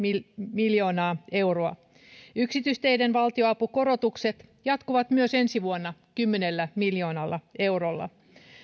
miljoonaa euroa yksityisteiden valtionapukorotukset jatkuvat myös ensi vuonna kymmenellä miljoonalla eurolla